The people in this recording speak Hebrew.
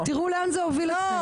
תיראו לאן זה הוביל אתכם.